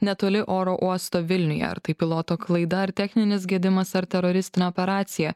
netoli oro uosto vilniuje ar tai piloto klaida ar techninis gedimas ar teroristinė operacija